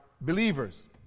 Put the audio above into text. believers